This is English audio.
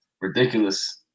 ridiculous